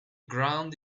ground